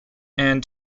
and